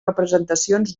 representacions